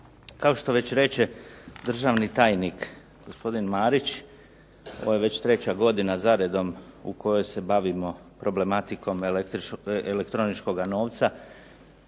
Kao što već reče gospodin Marić, ovo je već treća godina za redom u kojoj se bavimo problematikom elektroničkoga novca,